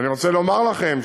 ואני רוצה לומר לכם,